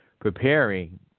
preparing